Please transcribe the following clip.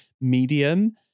medium